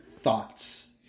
thoughts